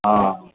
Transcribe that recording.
हँ